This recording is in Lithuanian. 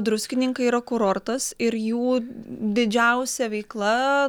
druskininkai yra kurortas ir jų didžiausia veikla